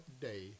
day